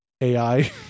AI